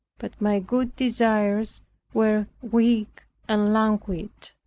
but my good desires were weak and languid.